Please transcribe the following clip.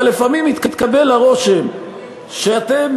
אבל לפעמים מתקבל הרושם שאתם,